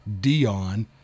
Dion